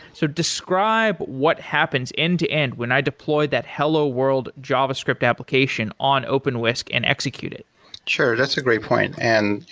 so describe what happens end to end when i deploy that hello world java script application on openwhisk and execute it sure, that's a great point and you